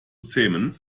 zähmen